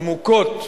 עמוקות,